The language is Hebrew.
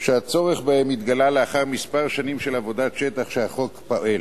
שהצורך בהם התגלה לאחר כמה שנים של עבודת שטח שהחוק פועל.